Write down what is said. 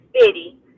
City